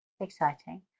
Exciting